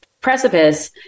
precipice